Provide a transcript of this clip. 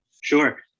Sure